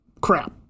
crap